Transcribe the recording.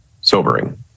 sobering